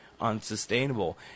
unsustainable